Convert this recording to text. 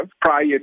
prior